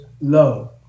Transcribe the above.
love